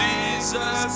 Jesus